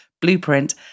blueprint